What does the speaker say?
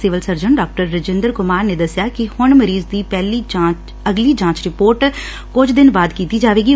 civil surgeon ਡਾ ਰਜਿੰਦਰ ਕੁਮਾਰ ਨੇ ਦੱਸਿਆ ਕਿ ਹੁਣ ਮਰੀਜ਼ ਦੀ ਅਗਲੀ ਜਾਂਚ ਰਿਧੋਰਟ ਕੁਝ ਦਿਨ ਬਾਅਦ ਕੀਤੀ ਜਾਵੇਗੀ